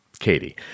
Katie